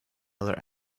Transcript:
other